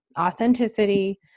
authenticity